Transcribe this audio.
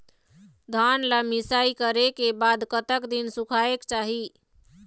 धान ला मिसाई करे के बाद कतक दिन सुखायेक चाही?